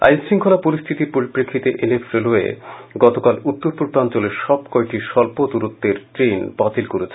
আইন শুখ্বলা পরিস্থিতির পরিপ্রেক্ষিতে এনএফ রেলওয়ে গতকাল উত্তর পূর্বাঞ্চলের সব কয়টি স্বল্প দূরত্বের ট্রেন বাতিল করেছে